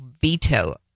veto